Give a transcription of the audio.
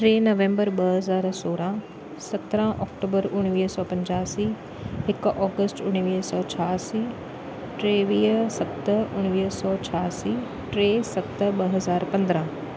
टे नवंबर ॿ हज़ार सोरहं सत्रहं अक्टूबर उणिवीह सौ पंजासी हिकु ऑगस्ट उणिवीह सौ छियासी टेवीह सत उणिवीह सौ छियासी टे सत ॿ हज़ार पंद्रहं